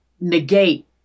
negate